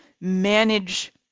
manage